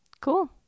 cool